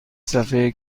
صفحه